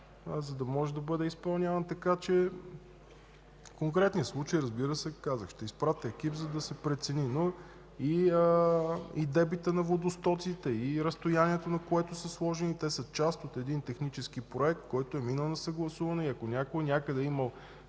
за да може да бъде изпълняван. В конкретния случай, казах, ще изпратя екип, за да се прецени. Но и дебитът на водостоците, и разстоянието, на което са сложени – те са част от един технически проект, който е минал на съгласуване и ако някой някъде е имал